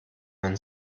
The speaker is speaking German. man